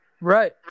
right